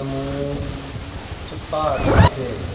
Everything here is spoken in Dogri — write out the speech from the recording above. जम्मू च प्हाड़ ते बथ्हेरे ऐ